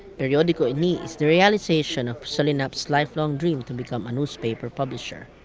periodico ini is the realization of solinap's life-long dream to become a newspaper publisher.